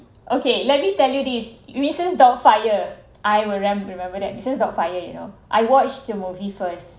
okay let me tell you this missus doubtfire I will rem~ remember that missus doubtfire you know I watched the movie first